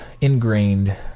ingrained